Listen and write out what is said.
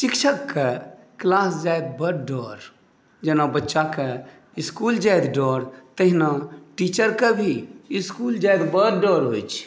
शिक्षकके क्लास जाइत बड डर जेना बच्चाके स्कूल जाइत डर तहिना टीचरके भी इसकुल जाइत बड डर होइ छै